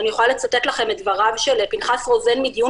אני יכולה לצטט לכם מדבריו של פנחס רוזן מדיון